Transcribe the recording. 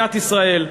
במדינת ישראל.